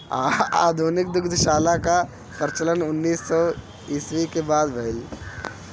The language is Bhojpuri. आधुनिक दुग्धशाला कअ प्रचलन उन्नीस सौ ईस्वी के बाद भइल